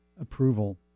approval